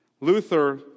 Luther